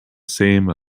same